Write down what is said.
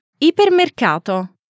Ipermercato